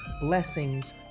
blessings